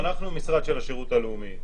אנחנו משרד של השירות הלאומי.